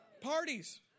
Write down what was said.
Parties